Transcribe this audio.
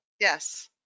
yes